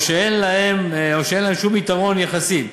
או שאין לה שום יתרון יחסי בהן.